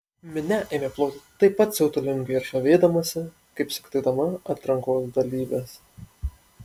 minia ėmė ploti taip pat siautulingai ir žavėdamasi kaip sutikdama atrankos dalyves